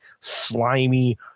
slimy